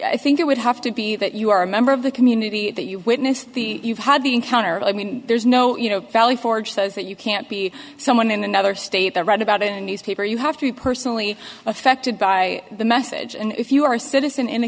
i think it would have to be that you are a member of the community that you witnessed the you've had the encounter i mean there's no you know valley forge says that you can't be someone in another state that read about a newspaper you have to personally affected by the message and if you are a citizen in